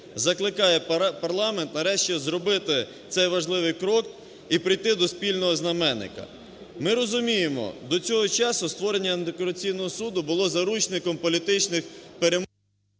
закликає парламент нарешті зробити цей важливий крок і прийти до спільного знаменника. Ми розуміємо, до цього часу створення антикорупційного суду було заручником політичних… Веде